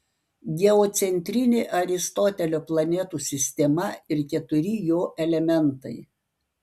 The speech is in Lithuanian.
geocentrinė aristotelio planetų sistema ir keturi jo elementai